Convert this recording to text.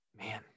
man